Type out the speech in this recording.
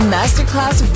Masterclass